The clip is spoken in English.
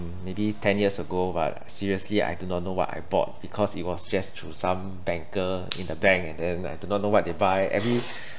mm maybe ten years ago but seriously I do not know what I bought because it was just through some banker in the bank and then I do not know what they buy every